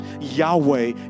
Yahweh